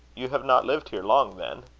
you have not lived here long, then?